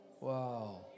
Wow